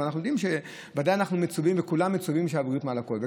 אבל אנחנו יודעים שוודאי אנחנו מצווים וכולם מצווים שהבריאות מעל הכול.